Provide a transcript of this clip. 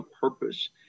purpose